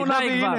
אנחנו נביא.